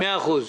מאה אחוז.